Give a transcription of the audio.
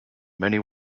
many